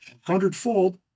hundredfold